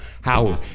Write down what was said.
Howard